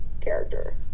character